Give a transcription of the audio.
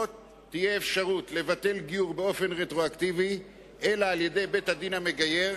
לא תהיה אפשרות לבטל גיור באופן רטרואקטיבי אלא על-ידי בית-הדין המגייר,